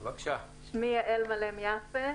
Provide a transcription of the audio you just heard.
שמי יעל מלם יפה,